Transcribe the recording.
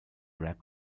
rap